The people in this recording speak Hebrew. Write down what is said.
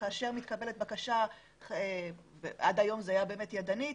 עד היום הבקשה הוגשה באופן ידנית.